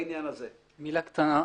מילה קטנה.